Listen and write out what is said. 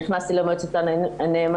נכנסתי למועצת הנאמנות,